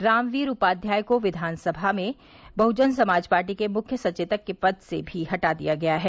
रामवीर उपाध्याय को विधानसभा में बहुजन समाज पार्टी के मुख्य सचेतक के पद से भी हटा दिया गया है